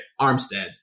Armsteads